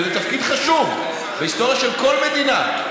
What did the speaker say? וזה תפקיד חשוב בהיסטוריה של כל מדינה,